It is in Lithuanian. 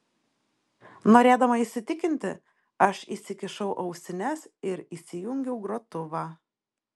norėdama įsitikinti aš įsikišau ausines ir įsijungiau grotuvą